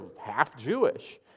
half-Jewish